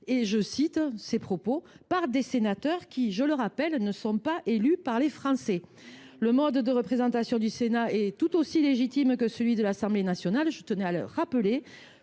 soit réécrit au Sénat, « par des sénateurs qui, je le rappelle, ne sont pas élus par les Français ». Le mode de représentation du Sénat est pourtant tout aussi légitime que celui de l’Assemblée nationale, je tenais à le rappeler.